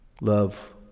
Love